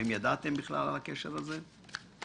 האם ידעתם בכלל על הקשר הזה?